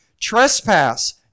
Trespass